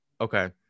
Okay